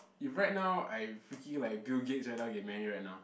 if right now I freaking like Bill-Gates right now I get married right now